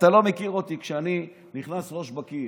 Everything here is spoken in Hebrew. ואתה לא מכיר אותי כשאני נכנס ראש בקיר,